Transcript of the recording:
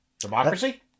Democracy